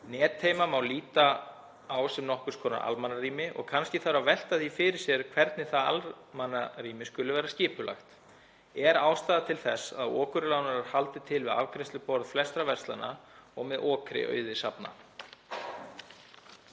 Netheima má líta á sem nokkurs konar almannarými og kannski þarf að velta því fyrir sér hvernig það almannarými skuli vera skipulagt. Er ástæða til þess að okurlánarar haldi til við afgreiðsluborð flestra verslana og með okri auði safna?